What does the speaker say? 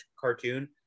cartoon